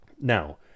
Now